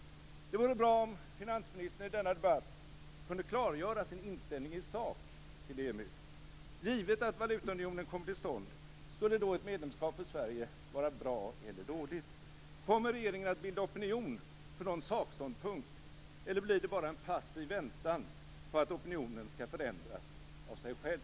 Då är det bra om finansministern i denna debatt kunde klargöra sin inställning i sak till EMU. Givet att valutaunionen kommer till stånd skulle då ett medlemskap för Sverige vara bra eller dåligt? Kommer regeringen att bilda opinion för någon sakståndpunkt, eller blir det bara en passiv väntan på att opinionen skall förändras av sig själv?